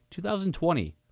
2020